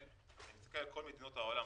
תסתכל על כל מדינות העולם.